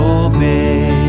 obey